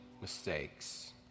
mistakes